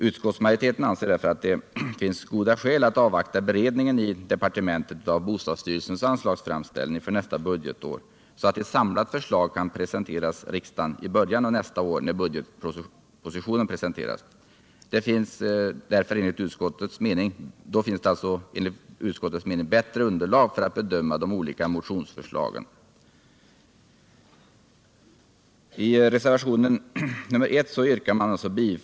Utskottsmajoriteten anser därför att det finns goda skäl att avvakta beredningen i departementet av bostadsstyrelsens anslagsframställning för nästa år, så att ett samlat förslag kan föreläggas riksdagen i samband med att budgetpropositionen presenteras i början av nästa år. Då kommer det enligt utskottets mening att finnas ett bättre underlag för att bedöma de olika motionsförslagen.